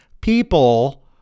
People